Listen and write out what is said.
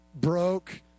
broke